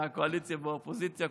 מהקואליציה והאופוזיציה,